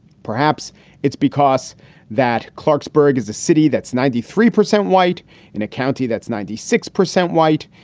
perhaps it's because that clarksburg is a city that's ninety three percent white in a county that's ninety six percent white,